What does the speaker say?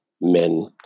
men